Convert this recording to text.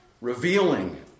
revealing